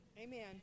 Amen